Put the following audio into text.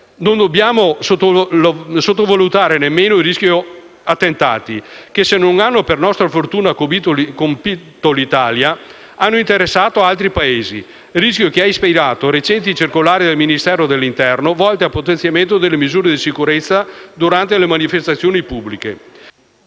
Non dobbiamo sottovalutare nemmeno il rischio attentati, che, se non hanno per nostra fortuna colpito l'Italia, hanno interessato altri Paesi; rischio che ha ispirato recenti circolari del Ministero dell'interno, volte al potenziamento delle misure di sicurezza durante le manifestazioni pubbliche.